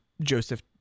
Joseph